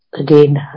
again